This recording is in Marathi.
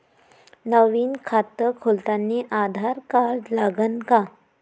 नवीन खात खोलासाठी आधार कार्ड लागन का?